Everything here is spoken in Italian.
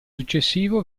successivo